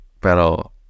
pero